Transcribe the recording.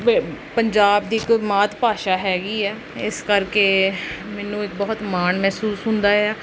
ਪ ਪੰਜਾਬ ਦੀ ਇਕ ਮਾਤ ਭਾਸ਼ਾ ਹੈਗੀ ਹੈ ਇਸ ਕਰਕੇ ਮੈਨੂੰ ਇੱਕ ਬਹੁਤ ਮਾਣ ਮਹਿਸੂਸ ਹੁੰਦਾ ਆ